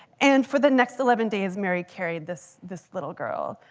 and for the next eleven days, mary carried this this little girl.